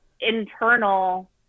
internal